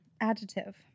adjective